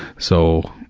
so,